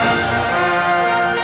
right